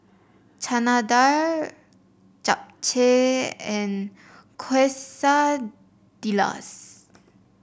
Chana Dal Japchae and Quesadillas